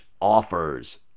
offers